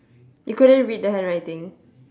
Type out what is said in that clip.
you couldn't read the handwriting